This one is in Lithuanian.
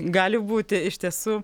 gali būti iš tiesų